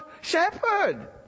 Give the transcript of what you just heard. shepherd